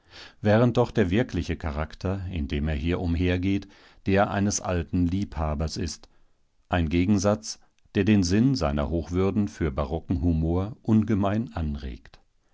während doch der wirkliche charakter in dem er hier umhergeht der eines alten liebhabers ist ein gegensatz der den sinn seiner hochwürden für barocken humor ungemein anregt